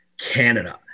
Canada